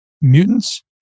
mutants